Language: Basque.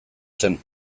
zen